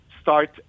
start